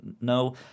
no